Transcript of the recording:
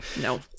No